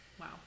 Wow